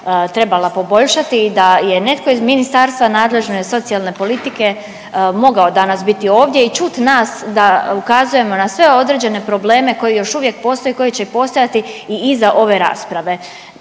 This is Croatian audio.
trebala poboljšati i da je netko iz ministarstva nadležno iz socijalne politike mogao danas biti ovdje i čut nas da ukazujemo na sve određene probleme koji još uvijek postoje i koji će postojati i iza ove rasprave.